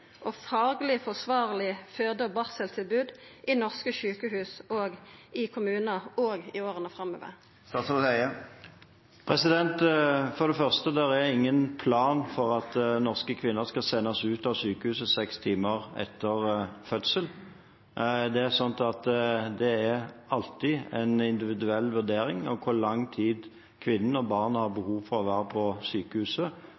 og fagleg forsvarleg føde- og barseltilbod i norske sjukehus og i kommunane òg i åra framover? For det første: Det er ingen plan for at norske kvinner skal sendes ut av sykehuset seks timer etter fødselen. Det er alltid en individuell vurdering av hvor lang tid kvinner og barn har